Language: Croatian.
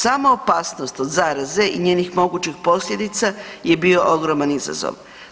Sama opasnost od zaraze i njenih mogućih posljedica je bio ogroman izazov.